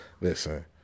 Listen